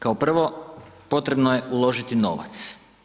Pa kao prvo, potrebno je uložiti novac.